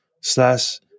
slash